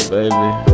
Baby